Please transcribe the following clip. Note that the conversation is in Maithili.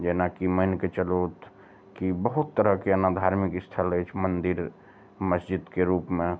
जेनाकि मानिके चलू कि बहुत तरहके एना धार्मिक स्थल अछि मन्दिर मस्जिदके रूपमे